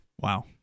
Wow